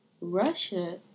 Russia